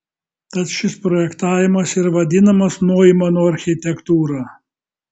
tad šis projektavimas ir vadinamas noimano architektūra